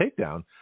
takedown